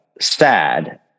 sad